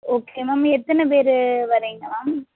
okay ma'am எத்தனை பேர் வரீங்க மேம்